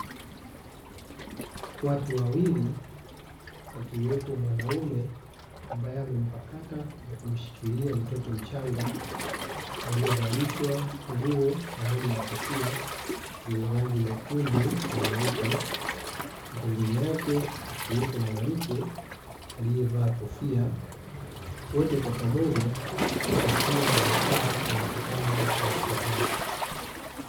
Watu wawili akiwepo mwanaume ambae amempakata na kumshikilia mtoto mchanga aliyevalishwa nguo pamoja na kofia zenye rangi nyekundu na nyeupe, pembeni yake akiwepo mwanamke aliyevaa kofia wote kwa pamoja wakiwa wamekaa kwenye kitanda cha hosipitali.